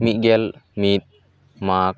ᱢᱤᱫᱜᱮᱞ ᱢᱤᱫ ᱢᱟᱜᱽ